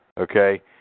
Okay